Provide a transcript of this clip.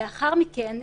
לאחר מכן,